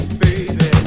baby